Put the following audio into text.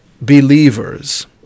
believers